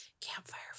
campfire